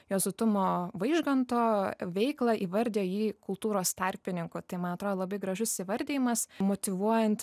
juozo tumo vaižganto veiklą įvardijo jį kultūros tarpininku tai man atro labai gražus įvardijimas motyvuojant